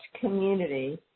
community